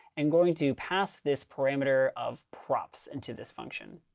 and going to pass this parameter of props into this function.